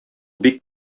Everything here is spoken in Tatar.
бик